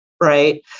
right